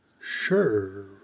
Sure